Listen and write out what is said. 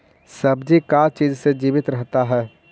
सब्जी का चीज से जीवित रहता है?